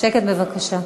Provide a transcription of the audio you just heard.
שקט בבקשה.